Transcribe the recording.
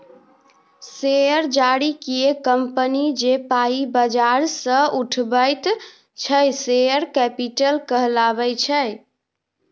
share जारी कए company जे पाइ बजार सँ उठाबैत छै शेयर कैपिटल कहल जाइ छै